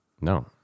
No